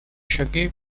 шаги